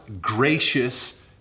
gracious